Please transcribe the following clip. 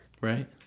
right